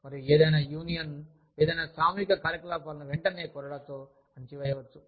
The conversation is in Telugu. మరియు ఏదైనా యూనియన్ ఏదైనా సామూహిక కార్యకలాపాలను వెంటనే కొరడాతో అణిచి వేయవచ్చు